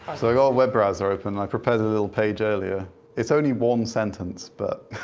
so your web browser open. i propose a little page earlier it's only one sentence, but.